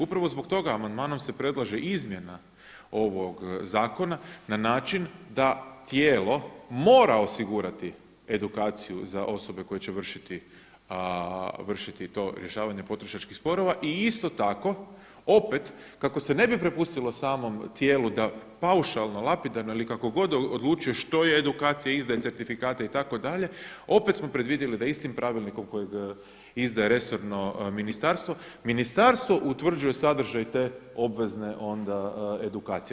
Upravo zbog toga amandmanom se predlaže izmjena ovog zakona na način da tijelo mora osigurati edukaciju za osobe koje će vršiti to rješavanje potrošačkih sporova i isto tako opet, kako se ne bi prepustilo samom tijelu da paušalno, lapidarno ili kako god odlučuje što je edukacija, izdaje certifikate itd., opet smo predvidjeli da istim pravilnikom kojeg izdaje resorno ministarstvo, ministarstvo utvrđuje sadržaj te obvezne edukacije.